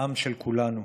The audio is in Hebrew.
של כולנו,